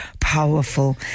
powerful